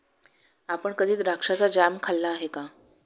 आपण कधी द्राक्षाचा जॅम खाल्ला आहे का?